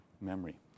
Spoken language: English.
memory